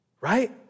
right